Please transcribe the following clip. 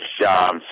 jobs